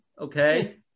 Okay